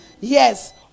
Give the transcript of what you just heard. Yes